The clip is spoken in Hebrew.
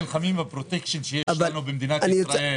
בגלל שנלחמים בפרוטקשן שיש במדינת ישראל